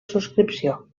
subscripció